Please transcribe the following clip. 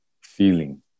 feeling